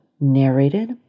narrated